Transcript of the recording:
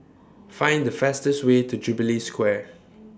Find The fastest Way to Jubilee Square